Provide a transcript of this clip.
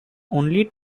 only